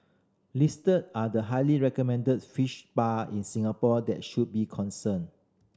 listed are the highly recommended fish spa in Singapore that should be concerned